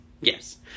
Yes